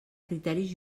criteris